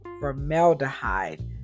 formaldehyde